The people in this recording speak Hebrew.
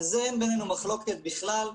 על זה אין לנו מחלוקת בכלל.